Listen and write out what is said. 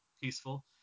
peaceful